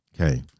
Okay